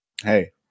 hey